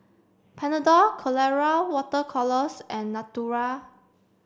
Panadol Colora water colours and Natura